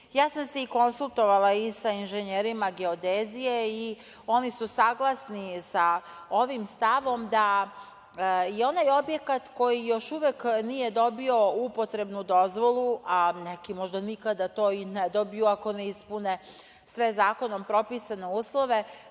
sam se i konsultovala i sa inženjerima geodezije i oni su saglasni sa ovim stavom da i onaj objekat koji još uvek nije dobio upotrebnu dozvolu, a neki možda nikada to i ne dobiju ako ne ispune sve zakonom propisane uslove,